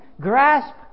grasp